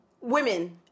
women